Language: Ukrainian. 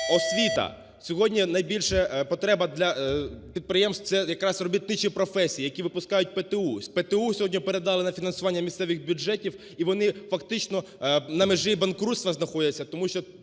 Освіта. Сьогодні найбільша потреба для підприємств – це якраз робітничі професії, які випускають ПТУ. ПТУ сьогодні передали на фінансування місцевих бюджетів, і вони фактично на межі банкрутства знаходяться. Тому що